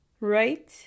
right